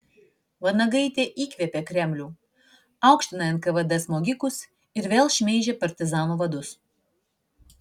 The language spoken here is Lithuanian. vanagaitė įkvėpė kremlių aukština nkvd smogikus ir vėl šmeižia partizanų vadus